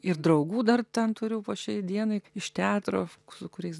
ir draugų dar ten turiu po šiai dienai iš teatro su kuriais